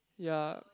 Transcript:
ya